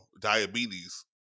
Diabetes